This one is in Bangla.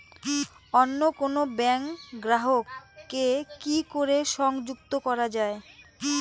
অন্য কোনো ব্যাংক গ্রাহক কে কি করে সংযুক্ত করা য়ায়?